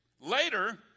Later